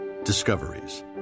Discoveries